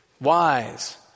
wise